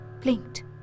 blinked